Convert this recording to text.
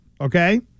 Okay